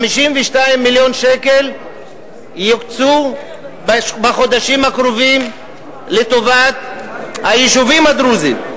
52 מיליון שקל יוקצו בחודשים הקרובים לטובת היישובים הדרוזיים,